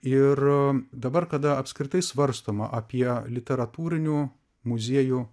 ir dabar kada apskritai svarstoma apie literatūrinių muziejų